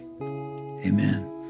Amen